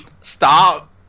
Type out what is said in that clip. Stop